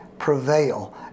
prevail